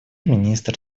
министра